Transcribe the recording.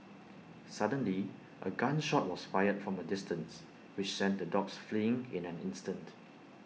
suddenly A gun shot was fired from A distance which sent the dogs fleeing in an instant